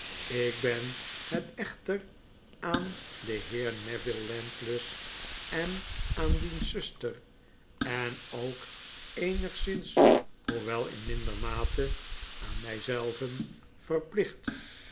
ik ben het echter aan den heer neville landless en aan diens zuster en ook eenigszins hoewel in minder mate aan my zelven verplicht